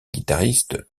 guitariste